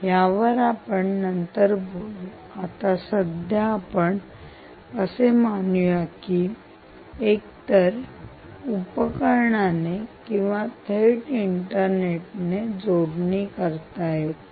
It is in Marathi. यावर आपण नंतर बोलु आत्ता सध्या आपण असे मानू या की एकतर उपकरणाने किंवा थेट इंटरनेट जोडणी करता येते